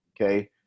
okay